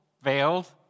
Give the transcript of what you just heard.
veiled